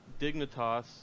Dignitas